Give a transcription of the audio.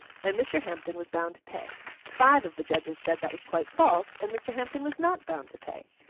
and mr. hampden was bound to pay five of the judges said that was quite false, and mr. hampden was not bound to pay.